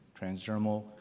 transdermal